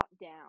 down